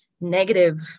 negative